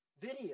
video